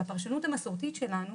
הפרשנות המסורתית שלנו